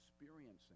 experiencing